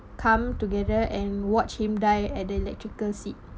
come together and watch him die at the electrical seat